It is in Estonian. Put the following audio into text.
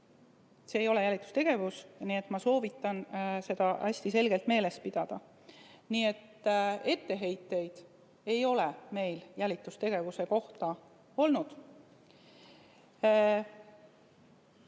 See ei ole jälitustegevus. Ma soovitan seda hästi selgelt meeles pidada. Etteheiteid ei ole meil jälitustegevuse kohta olnud.